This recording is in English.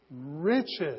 riches